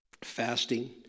fasting